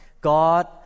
God